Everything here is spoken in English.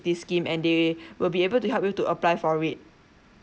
this scheme and they will be able to help you to apply for it